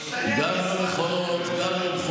כשהמציאות תשתנה,